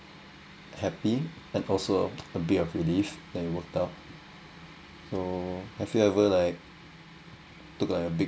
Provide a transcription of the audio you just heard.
happy and also a bit of relief that it worked out so have you ever like took a big